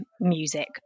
music